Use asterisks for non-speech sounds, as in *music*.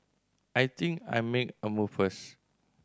I think I'll make a move *unintelligible*